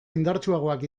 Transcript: indartsuagoak